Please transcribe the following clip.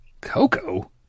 Coco